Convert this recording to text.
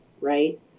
right